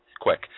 quick